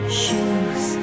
shoes